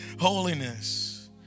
holiness